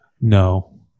No